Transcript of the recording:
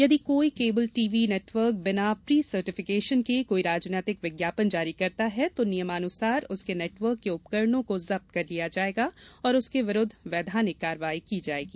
यदि कोई cable TV network बिना प्री सर्टिफिकेशन के कोई राजनैतिक विज्ञापन जारी करता है तो नियमानुसार उसके नेटवर्क के उपकरणों को जब्त कर लिया जाएगा और उसके विरूद्ध वैधानिक कार्रवाई की जाएगी